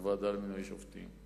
בוועדה למינוי שופטים.